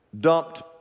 dumped